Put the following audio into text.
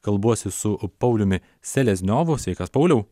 kalbuosi su pauliumi selezniovu sveikas pauliau